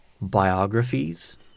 biographies